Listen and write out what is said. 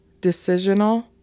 decisional